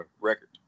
record